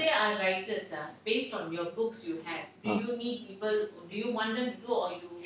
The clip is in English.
ah